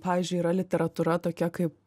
pavyzdžiui yra literatūra tokia kaip